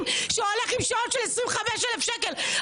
כשהוא הולך עם שעון של 25,000 שקל.